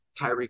Tyreek